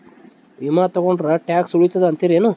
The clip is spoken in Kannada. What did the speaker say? ವಿಮಾ ತೊಗೊಂಡ್ರ ಟ್ಯಾಕ್ಸ ಉಳಿತದ ಅಂತಿರೇನು?